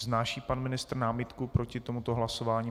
Vznáší pan ministr námitku proti tomuto hlasování?